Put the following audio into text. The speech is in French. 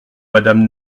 madame